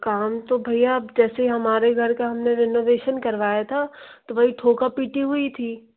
काम तो भैया जैसे हमारे घर का हम ने रिनोवेशन करवाया था तो वही ठोका पिटी हुई थी